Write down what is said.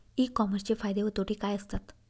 E कॉमर्सचे फायदे व तोटे काय असतात?